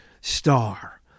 star